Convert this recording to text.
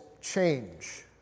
change